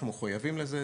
אנחנו מחויבים לזה,